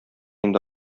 иде